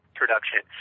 production